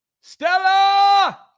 Stella